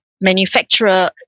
manufacturer